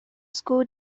school